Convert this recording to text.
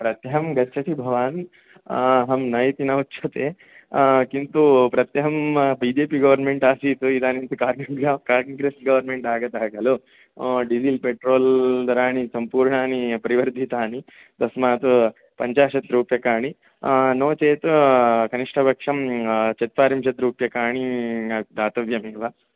प्रत्यहं गच्छति भवान् अहं न इति न उच्यते किन्तु प्रत्यहं बि जे पी गवर्मेण्ट् आसीत् इदानीं तु काङ्ग्रेस् काङ्ग्रेस् गवर्मेण्ट् आगतः खलु डीजिल् पेट्रोल् इतराणि सम्पूर्णानि परिवर्धितानि तस्मात् पञ्चाशत्रूप्यकाणि नो चेत् कनिष्टपक्षं चत्वारिंशत् रूप्यकाणि दातव्यं एव